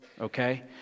Okay